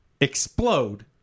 explode